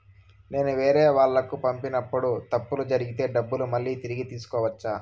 నేను వేరేవాళ్లకు పంపినప్పుడు తప్పులు జరిగితే డబ్బులు మళ్ళీ తిరిగి తీసుకోవచ్చా?